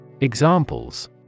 Examples